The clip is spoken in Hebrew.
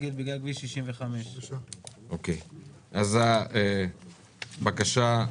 נגד בגלל כביש 65. הבקשה אושרה.